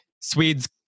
Swede's